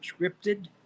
scripted